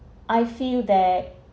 I feel that